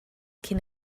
cyn